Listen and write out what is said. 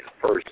first